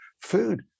food